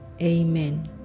Amen